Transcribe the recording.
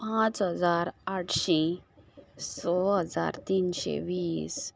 पांच हजार आठशी दोन हजार तिनशें वीस